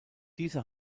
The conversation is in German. diese